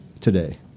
today